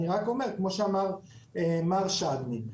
כמו שאמר מר שדמי,